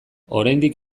oraindik